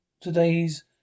today's